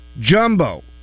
jumbo